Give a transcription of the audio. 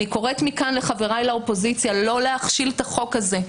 אני קוראת מכאן לחבריי לאופוזיציה לא להכשיל את החוק הזה,